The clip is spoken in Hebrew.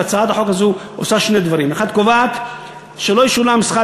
והצעת החוק הזו עושה שני דברים: 1. קובעת שלא ישולם שכר